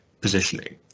positioning